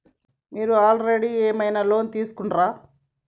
మీరు ఆల్రెడీ ఏమైనా లోన్ తీసుకున్నారా?